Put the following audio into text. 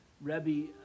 Rebbe